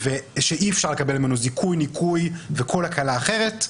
ואי-אפשר לקבל ממנו זיכוי, ניכוי וכל הקלה אחרת.